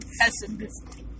pessimistic